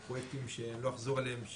אלו פרויקטים שאני לא אחזור עליהם,